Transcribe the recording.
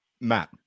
Matt